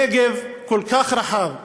הנגב כל כך רחב,